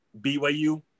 BYU